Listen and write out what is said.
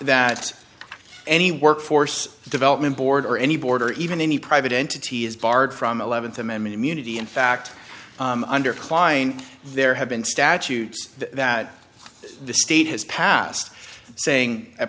that any workforce development board or any boarder even any private entity is barred from th amendment immunity in fact under klein there have been statutes that the state has passed saying a